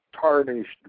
tarnished